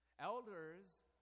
Elders